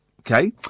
okay